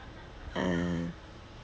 ah